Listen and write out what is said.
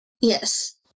Yes